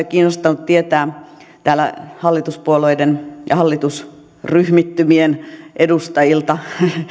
kiinnostanut tietää täällä hallituspuolueiden ja hallitusryhmittymien edustajilta